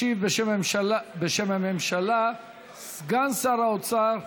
ישיב בשם הממשלה סגן שר האוצר